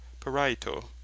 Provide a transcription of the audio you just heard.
paraito